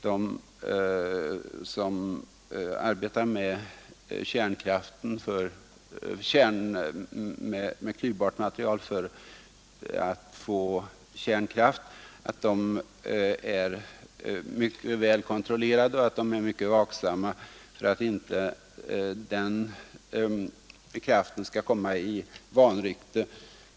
De som arbetar med klyvbart kärnkraftmaterial är i vårt land väl kontrollerade och själva mycket vaksamma för att inte kärnkraften skall komma i vanrykte.